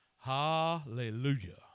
Hallelujah